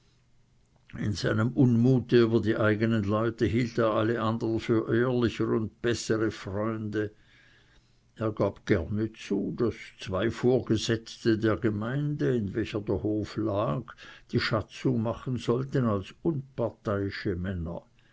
in seinem unmute über die eigenen leute hielt er alle andern für ehrlicher und bessere freunde er gab daher gerne zu daß zwei vorgesetzte der gemeinde in welcher der hof lag die schatzung machen sollten als unparteiische männer